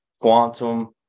quantum